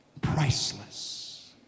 Priceless